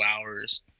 hours